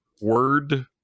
word